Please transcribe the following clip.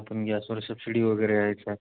आपण गॅसवर सबसिडी वगैरे आहे सर